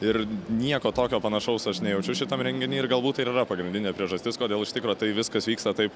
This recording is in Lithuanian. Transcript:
ir nieko tokio panašaus aš nejaučiu šitam renginy ir galbūt tai ir yra pagrindinė priežastis kodėl iš tikro tai viskas vyksta taip